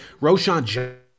Roshan